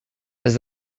does